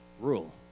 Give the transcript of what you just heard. rule